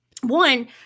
one